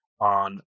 on